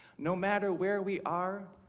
no matter where we are,